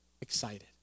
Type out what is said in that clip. excited